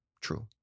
true